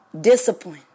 discipline